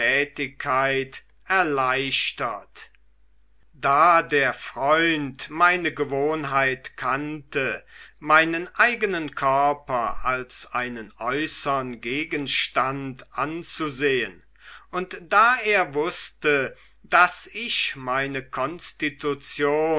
tätigkeit erleichtert da der freund meine gewohnheit kannte meinen eigenen körper als einen äußern gegenstand anzusehn und da er wußte daß ich meine konstitution